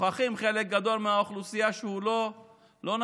ושוכחים חלק גדול מהאוכלוסייה שהוא לא נגיש,